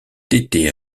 été